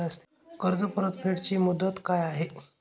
कर्ज परतफेड ची मुदत काय आहे?